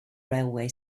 railway